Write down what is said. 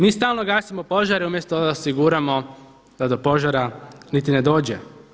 Mi stalno gasimo požare umjesto da osiguramo da do požara niti ne dođe.